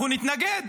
אנחנו נתנגד.